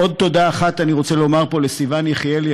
עוד תודה אחת אני רוצה לומר פה, לסיון יחיאלי.